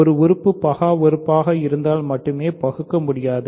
ஒரு உறுப்பு பகா உறுப்பாக இருந்தால் மட்டுமே பகுக்கமுடியாது